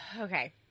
Okay